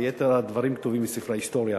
ויתר הדברים כתובים בספרי ההיסטוריה.